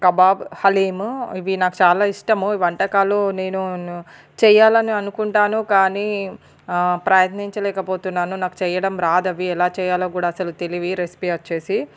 kebab haleem ఇవి నాకు చాలా ఇష్టము ఈ వంటకాలు నేను ను చేయాలని అనుకుంటాను కానీ ప్రయత్నించలేక పోతున్నాను నాకు చేయడం రాదవి ఎలా చేయాలో గూడా అసలు తెలివీ రెసిపి వచ్చేసి